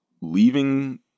leaving